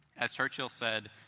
as churchill said,